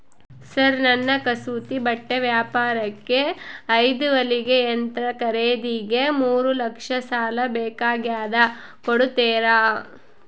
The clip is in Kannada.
ಸರ್ ನನ್ನ ಕಸೂತಿ ಬಟ್ಟೆ ವ್ಯಾಪಾರಕ್ಕೆ ಐದು ಹೊಲಿಗೆ ಯಂತ್ರ ಖರೇದಿಗೆ ಮೂರು ಲಕ್ಷ ಸಾಲ ಬೇಕಾಗ್ಯದ ಕೊಡುತ್ತೇರಾ?